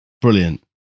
Brilliant